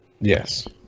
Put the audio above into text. Yes